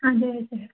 हजुर हजुर